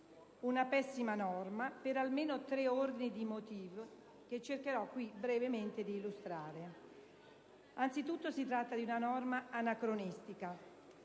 una pessima norma per almeno tre ordini di motivi che cercherò brevemente di illustrare. Anzitutto, si tratta di una norma anacronistica.